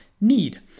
need